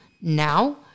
now